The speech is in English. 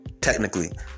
technically